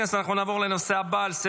נאשם או מורשע בעבירת